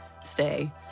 stay